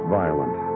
violent